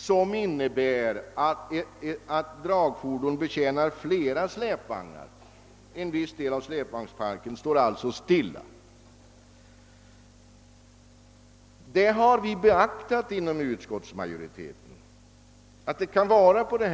Innebörden härav är att ett dragfordon kan betjäna flera släpvagnar. En viss del av släpvagnsparken står alltså stilla. Vi har inom utskottsmajoriteten beaktat dessa förhållanden.